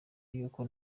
y’uko